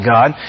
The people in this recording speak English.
God